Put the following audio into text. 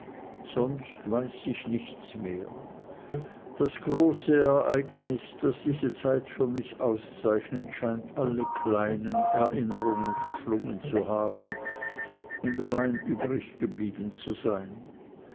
sonst weiß ich nichts mehr das große ereignis das diese zeit für mich auszeichnet scheint alle kleinen erinnerungen verschlungen zu haben und allein übrig geblieben zu sein